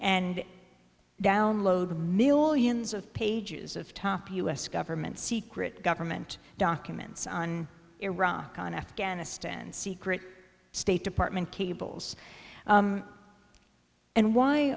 and download millions of pages of top u s government secret government documents on iraq and afghanistan secret state department cables and why